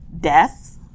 death